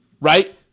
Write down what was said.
right